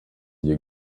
you